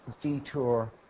detour